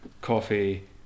coffee